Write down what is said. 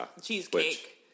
cheesecake